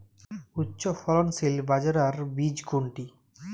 উচ্চফলনশীল বাজরার বীজ কোনটি?